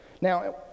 Now